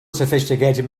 sophisticated